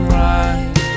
right